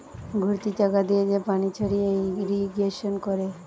ঘুরতি চাকা দিয়ে যে পানি ছড়িয়ে ইরিগেশন করে